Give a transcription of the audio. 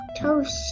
toast